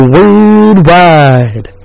Worldwide